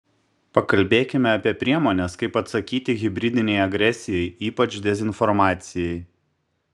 pakalbėkime apie priemones kaip atsakyti hibridinei agresijai ypač dezinformacijai